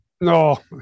No